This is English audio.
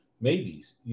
maybes